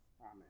Amen